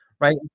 right